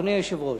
אדוני היושב-ראש,